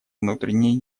внутренние